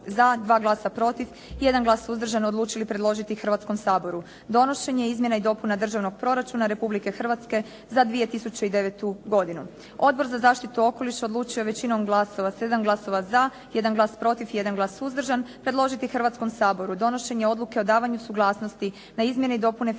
za 2009. Odbor za zaštitu okoliša odlučio je većinom glasova, 7 glasova za, 1 glas protiv, 1 glas suzdržan, predložiti Hrvatskom saboru donošenje odluke o davanju suglasnosti na Izmjene i dopune Financijskog